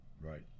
right